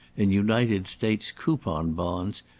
in united states coupon bonds,